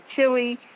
chili